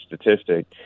statistic